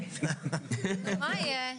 נו מה יהיה?